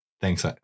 Thanks